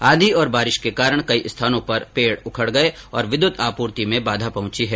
आंधी और बारिश के कारण कई स्थानों पर पेड़ उखड़ गये और विद्युत आपूर्ति में बाधा आई है